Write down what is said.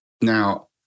Now